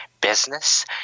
business